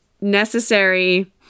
necessary